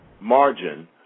margin